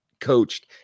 coached